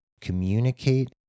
communicate